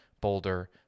Boulder